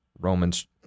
Romans